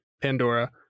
Pandora